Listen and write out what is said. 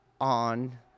on